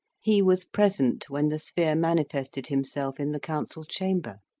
he was present when the sphere manifested himself in the council chamber